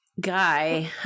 guy